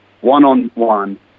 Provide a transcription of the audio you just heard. one-on-one